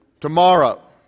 Tomorrow